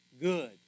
Good